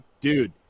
Dude